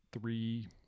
three